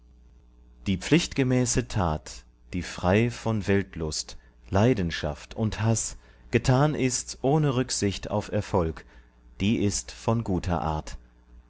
die pflichtgemäße tat die frei von weltlust leidenschaft und haß getan ist ohne rücksicht auf erfolg die ist von guter art